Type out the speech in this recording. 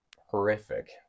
horrific